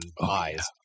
eyes